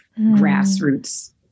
grassroots